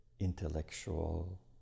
intellectual